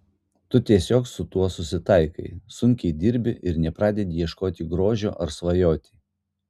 tu tiesiog su tuo susitaikai sunkiai dirbi ir nepradedi ieškoti grožio ar svajoti